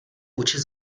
učit